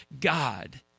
God